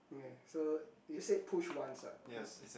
okay so you said push once ah